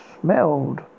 smelled